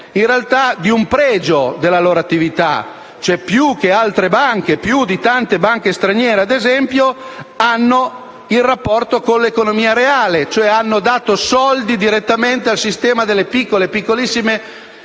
in realtà, di un pregio della loro attività, dato che più che altre banche - più di tante banche straniere, ad esempio - hanno un rapporto con l'economia reale. In sostanza, esse hanno dato soldi direttamente al sistema delle piccole e piccolissime